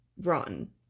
rotten